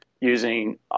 using